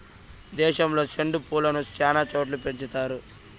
దేశంలో సెండు పూలను శ్యానా చోట్ల పెంచుతారు